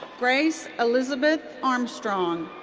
grace elizabeth armstrong.